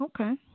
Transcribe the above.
Okay